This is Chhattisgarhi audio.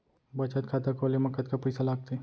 बचत खाता खोले मा कतका पइसा लागथे?